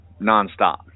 nonstop